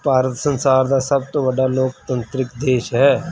ਭਾਰਤ ਸੰਸਾਰ ਦਾ ਸਭ ਤੋਂ ਵੱਡਾ ਲੋਕਤੰਤਰਿਕ ਦੇਸ਼ ਹੈ